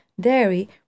dairy